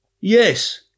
Yes